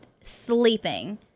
sleeping